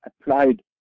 applied